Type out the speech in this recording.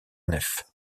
nefs